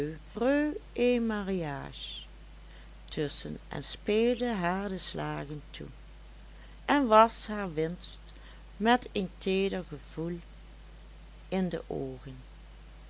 en mariage tusschen en speelde haar de slagen toe en was haar winst met een teeder gevoel in de oogen